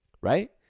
Right